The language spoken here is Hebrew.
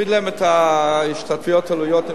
זה יוריד להם את ההשתתפויות בעלויות.